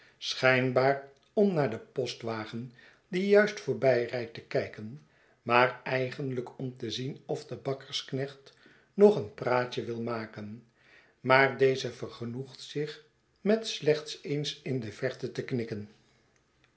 schijnbaar om naar den postwagun diejuistvoorbijrijdt tekijken maar eigen lijk om te zien of de bakkersknecht nog een praatje wil maken maar deze vergenoegt zich met slechts eens in de verte te knikken